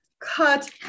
cut